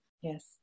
Yes